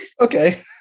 okay